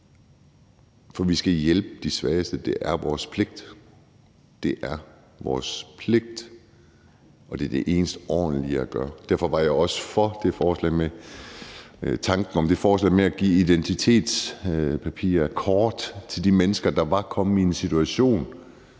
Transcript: For vi skal hjælpe de svageste. Det er vores pligt – det er vores pligt! – og det er det eneste ordentlige at gøre. Derfor var jeg også for tanken i det forslag om at give et id-kort til de mennesker, der var kommet i den situation.